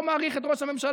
לא מעריך את ראש הממשלה,